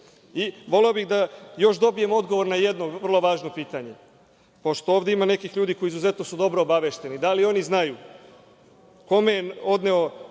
bih još da dobijem odgovor na jedno vrlo važno pitanje. Pošto ovde ima nekih ljudi koji su izuzetno dobro obavešteni, da li oni znaju kome je odneo